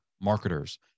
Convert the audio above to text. marketers